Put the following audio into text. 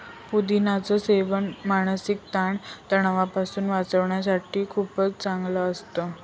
पुदिन्याच सेवन मानसिक ताण तणावापासून वाचण्यासाठी खूपच चांगलं असतं